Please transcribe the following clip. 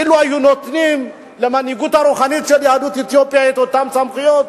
אילו היו נותנים למנהיגות הרוחנית של יהדות אתיופיה את אותן סמכויות,